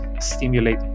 stimulate